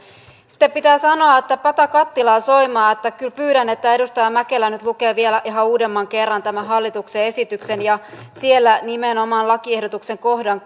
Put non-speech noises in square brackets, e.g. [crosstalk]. sitten pitää sanoa että pata kattilaa soimaa pyydän että edustaja mäkelä nyt lukee vielä ihan uudemman kerran tämän hallituksen esityksen ja sieltä nimenomaan lakiehdotuksen kohdan [unintelligible]